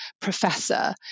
professor